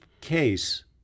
case